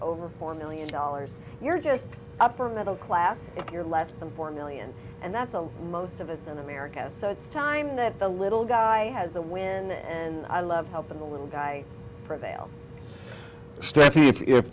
over four million dollars you're just upper middle class if you're less than four million and that's a most of us in america so it's time that the little guy has a win and i love helping the little guy prevail strip